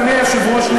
אדוני היושב-ראש,